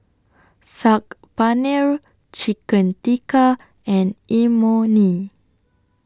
Saag Paneer Chicken Tikka and Imoni